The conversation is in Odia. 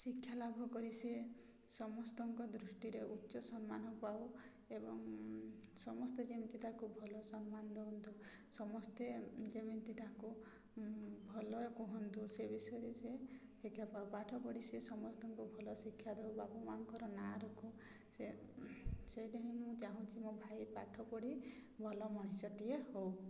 ଶିକ୍ଷାଲାଭ କରି ସେ ସମସ୍ତଙ୍କ ଦୃଷ୍ଟିରେ ଉଚ୍ଚ ସମ୍ମାନ ପାଉ ଏବଂ ସମସ୍ତେ ଯେମିତି ତାକୁ ଭଲ ସମ୍ମାନ ଦିଅନ୍ତୁ ସମସ୍ତେ ଯେମିତି ତାକୁ ଭଲ କୁହନ୍ତୁ ସେ ବିଷୟରେ ସେ ଶିକ୍ଷା ପାଉ ପାଠ ପଢ଼ି ସେ ସମସ୍ତଙ୍କୁ ଭଲ ଶିକ୍ଷା ଦେଉ ବାପା ମାଆଙ୍କର ନାଁ ରଖୁ ସେ ସେଇଟା ହିଁ ମୁଁ ଚାହୁଁଛି ମୋ ଭାଇ ପାଠ ପଢ଼ି ଭଲ ମଣିଷଟିଏ ହେଉ